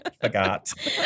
Forgot